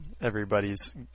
everybody's